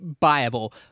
viable